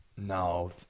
No